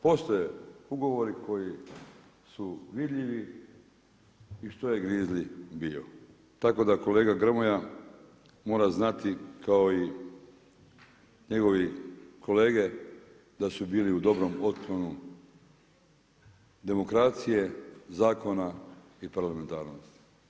Postoje ugovori koji su vidljivi i što je grizli bio, tako da kolega Grmoja mora znati kao i njegovi kolege da su bili u dobrom … demokracije, zakona i parlamentarnosti.